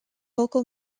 vocal